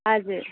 हजुर